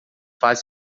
faz